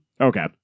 Okay